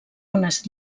unes